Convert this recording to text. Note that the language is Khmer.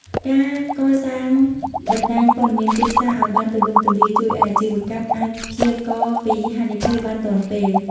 ការកសាងបណ្ដាញព័ត៌មានទីផ្សារឱ្យបានទូលំទូលាយ ជួយឱ្យអាជីវកម្មអាចព្យាករណ៍ពីហានិភ័យបានទាន់ពេល។